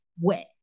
wet